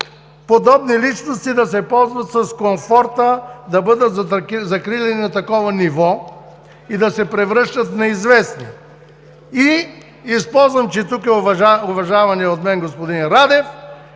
подобни личности да се ползват с комфорта да бъдат закриляни на такова ниво, и да се превръщат в неизвестни? Използвам, че тук е уважаваният от мен господин Радев,